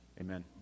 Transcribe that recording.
Amen